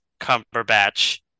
Cumberbatch